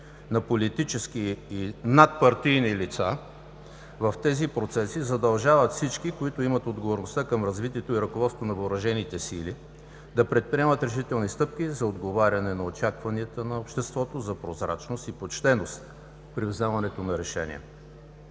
на политически и надпартийни лица в тези процеси задължават всички, които имат отговорността към развитието и ръководството на въоръжените сили, да предприемат решителни стъпки за отговаряне на очакванията на обществото за прозрачност и почтеност при вземането на решения.